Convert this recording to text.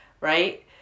Right